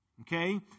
Okay